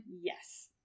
yes